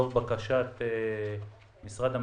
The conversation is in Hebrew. לאור בקשת משרד המשפטים,